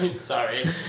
Sorry